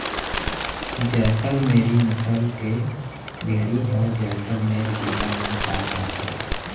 जैसल मेरी नसल के भेड़ी ह जैसलमेर जिला म पाए जाथे